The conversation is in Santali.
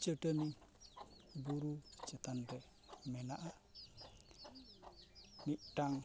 ᱪᱟᱹᱴᱟᱹᱱᱤ ᱵᱩᱨᱩ ᱪᱮᱛᱟᱱ ᱨᱮ ᱢᱮᱱᱟᱜᱼᱟ ᱢᱤᱫᱴᱟᱝ